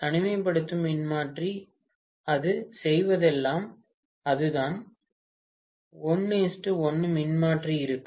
தனிமைப்படுத்தும் மின்மாற்றி அது செய்வதெல்லாம் அதுதான் 1 1 மின்மாற்றி இருக்கும்